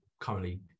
currently